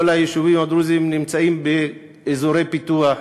כל היישובים הדרוזיים נמצאים באזורי פיתוח.